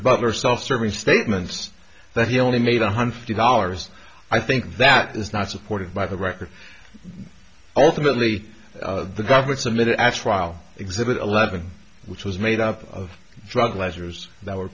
butler self serving statements that he only made one hundred fifty dollars i think that is not supported by the record ultimately the government submitted as trial exhibit eleven which was made up of drug leisure's that